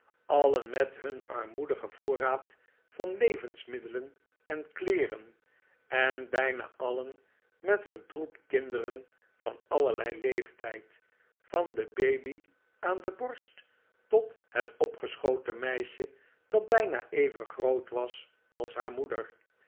alien met hun armoedigen voorraad van levensmiddelen en kleeren en bijna alien met een troep kinderen van allerlei leeftijd van de baby aan de borst tot het opgeschoten meisje dat bijna even groot was als haar moeder